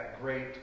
great